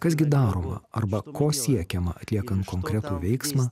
kas gi daroma arba ko siekiama atliekant konkretų veiksmą